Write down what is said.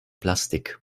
plastik